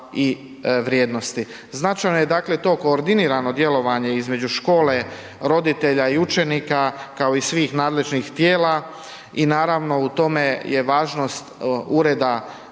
Značajno je, dakle, to koordinirano djelovanje između škole, roditelja i učenika, kao i svih nadležnih tijela i naravno, u tome je važnost ureda